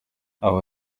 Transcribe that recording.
aho